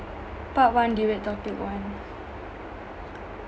part one debate topic one